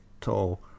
Tall